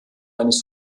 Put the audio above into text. eines